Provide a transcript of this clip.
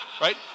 right